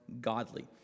godly